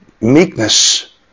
meekness